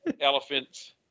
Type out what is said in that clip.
elephants